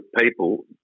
people